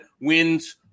wins